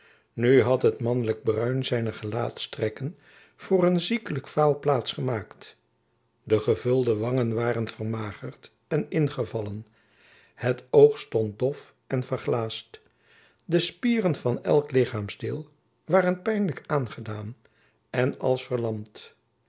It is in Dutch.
nu had het mannelijk bruin zijner gelaatstrekken voor een ziekelijk vaal plaats gemaakt de gevulde wangen waren vermagerd en ingevallen het oog stond dof en verglaasd de spieren van elk lichaamsdeel waren pijnlijk aangedaan en als verlamd